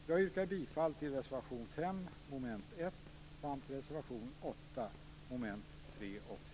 Jag yrkar bifall till reservation 5 under mom. 1